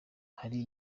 hari